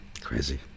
Crazy